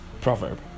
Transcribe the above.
proverb